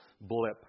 blip